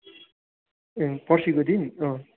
ए पर्सिको दिन